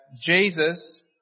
Jesus